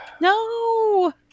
No